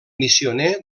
missioner